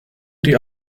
die